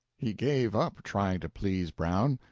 he gave up trying to please brown,